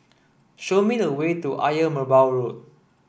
show me the way to Ayer Merbau Road